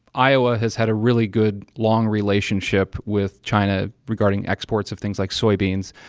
iowa has had a really good, long relationship with china regarding exports of things like soybeans.